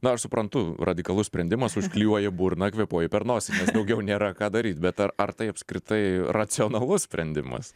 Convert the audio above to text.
na aš suprantu radikalus sprendimas užklijuoji burną kvėpuoji per nosį nes daugiau nėra ką daryt bet ar ar tai apskritai racionalus sprendimas